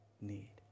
need